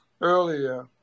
earlier